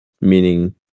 meaning